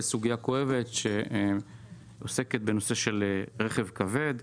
אנחנו עוסקים בסוגיה כואבת שעוסקת בנושא של רכב כבד.